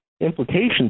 implications